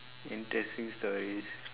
interesting stories